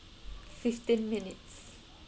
fifteen minutes